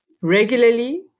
regularly